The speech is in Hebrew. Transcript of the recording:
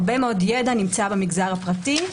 הרבה מאוד ידע נמצא במגזר הפרטי,